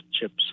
chips